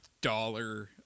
dollar